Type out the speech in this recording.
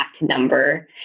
number